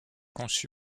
conçu